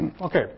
Okay